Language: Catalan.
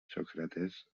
sòcrates